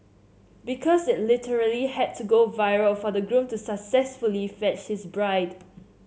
because it literally had to go viral for the groom to successfully fetch his bride